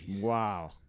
Wow